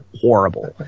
horrible